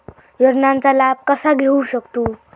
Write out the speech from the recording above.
योजनांचा लाभ कसा घेऊ शकतू?